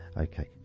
okay